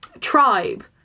tribe